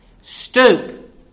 Stoop